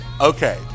okay